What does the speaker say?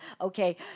Okay